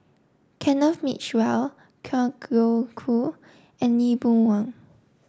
Kenneth Mitchell Kwa Geok Choo and Lee Boon Wang